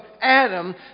Adam